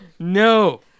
No